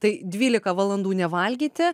tai dvylika valandų nevalgyti